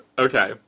Okay